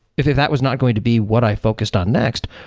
if if that was not going to be what i focused on next,